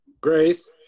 Grace